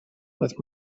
with